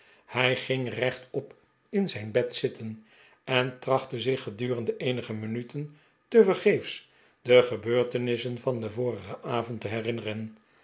hij ging rechtop in zijn bed zitten en trachtte zich gedurende eenige minuten tevergeefs de gebeurtenissen van den vorigen avond te herinneren